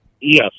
Yes